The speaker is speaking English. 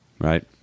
Right